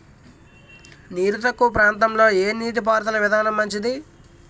నీరు తక్కువ ప్రాంతంలో ఏ నీటిపారుదల విధానం మంచిది?